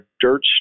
dirt